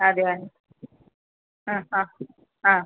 അതെയാ ആ ആ ആ